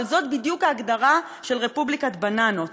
אבל זאת בדיוק ההגדרה של רפובליקת בננות.